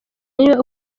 niwe